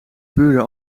buren